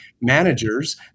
managers